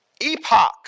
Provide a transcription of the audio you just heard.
epoch